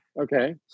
Okay